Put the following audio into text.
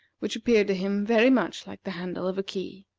which appeared to him very much like the handle of a key.